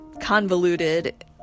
convoluted